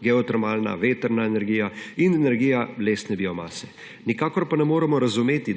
geotermalna, vetrna energija in energija lesne biomase. Nikakor pa ne moremo razumeti,